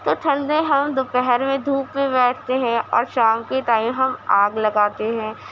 تو ٹھنڈ میں ہم دوپہر میں دھوپ میں بیٹھتے ہیں اور شام کے ٹائم ہم آگ لگاتے ہیں